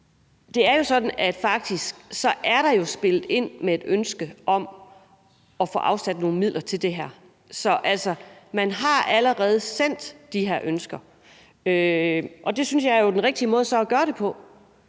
Det er jo sådan, at der faktisk er spillet ind med et ønske om at få afsat nogle midler til det her. Så man har allerede sendt de her ønsker. Og det synes jeg jo så er den rigtige måde at gøre det på.